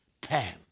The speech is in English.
Pam